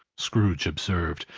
scrooge observed,